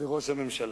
זה ראש הממשלה.